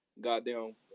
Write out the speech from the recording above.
Goddamn